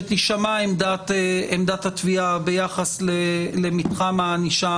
שתישמע עמדת התביעה ביחס למתחם הענישה